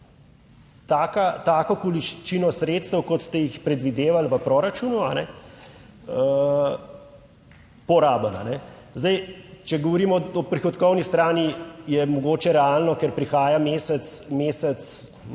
tako količino sredstev, kot ste jih predvidevali v proračunu, porabili. Zdaj, če govorimo o prihodkovni strani, je mogoče realno, ker prihaja mesec, lahko